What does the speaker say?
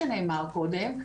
עליו דובר קודם.